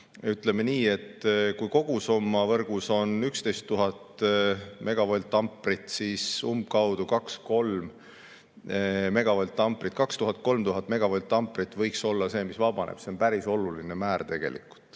Ütleme nii, et kui kogusumma võrgus on 11 000 megavoltamprit, siis umbkaudu 2000–3000 megavoltamprit võiks olla see, mis vabaneb. See on päris oluline määr tegelikult.